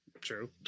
true